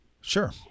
Sure